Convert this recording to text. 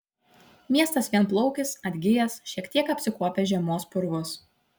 miestas vienplaukis atgijęs šiek tiek apsikuopęs žiemos purvus